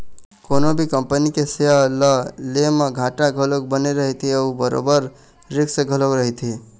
कोनो भी कंपनी के सेयर ल ले म घाटा घलोक बने रहिथे अउ बरोबर रिस्क घलोक रहिथे